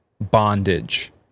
bondage